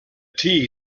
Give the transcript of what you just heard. tea